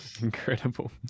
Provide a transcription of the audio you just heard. Incredible